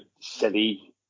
City